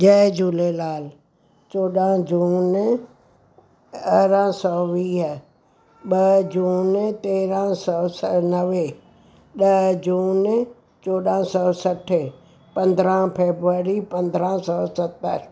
जय झूलेलाल चोॾहं जून अरिड़हं सौ वीह ॿ जून तेरहं सौ सौ नवे ॾह जून चोॾहं सौ सठि पंद्राहं फेबररी पंद्राहं सौ सतरि